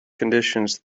conditions